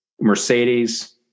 Mercedes